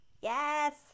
Yes